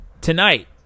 Tonight